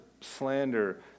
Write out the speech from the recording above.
slander